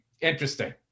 interesting